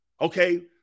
Okay